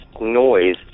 noise